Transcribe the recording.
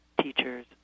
teachers